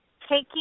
taking